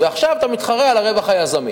ועכשיו אתה מתחרה על הרווח היזמי,